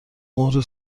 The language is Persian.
مهر